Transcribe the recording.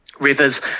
rivers